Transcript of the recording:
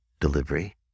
delivery